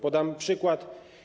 Podam przykład.